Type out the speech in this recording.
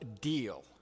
deal